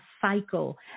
cycle